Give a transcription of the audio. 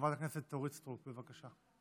לחברת הכנסת אורית סטרוק, בבקשה.